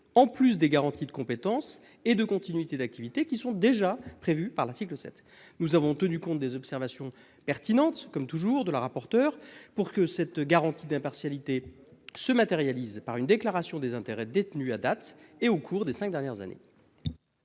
En plus des garanties de compétences et de continuité d'activité qui sont déjà prévues par l'article 7, nous avons tenu compte des observations pertinentes comme toujours de la rapporteure pour que cette garantie d'impartialité se matérialise par une déclaration des intérêts détenus à date et au cours des 5 dernières années.